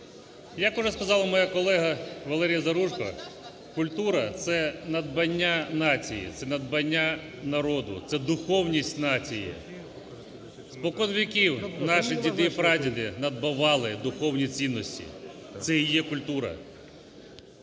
Як уже сказала моя колега Валерія Заружко, культура – це надбання нації, це надбання народу, це духовність нації, споконвіків наші діди й прадіди надбавали духовні цінності, це і є культура.